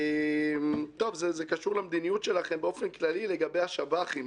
זה קשור למדיניות שלכם באופן כללי לגבי השב"חים,